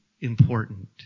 important